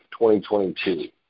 2022